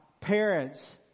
parents